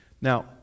Now